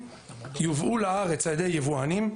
יובאו לארץ על ידי יבואנים.